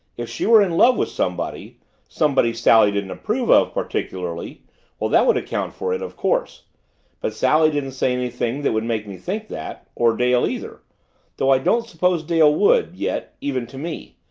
if she were in love with somebody somebody sally didn't approve of particularly well, that would account for it, of course but sally didn't say anything that would make me think that or dale either though i don't suppose dale would, yet, even to me.